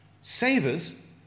Savers